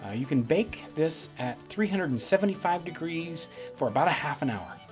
ah you can bake this at three hundred and seventy five degrees for about a half an hour.